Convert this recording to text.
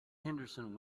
henderson